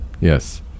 Yes